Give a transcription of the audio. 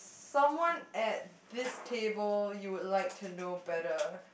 someone at this table someone you would like to know better